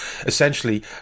essentially